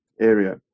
area